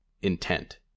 intent